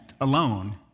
alone